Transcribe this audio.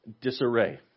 disarray